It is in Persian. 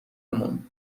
مون